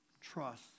trust